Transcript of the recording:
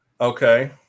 Okay